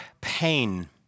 pain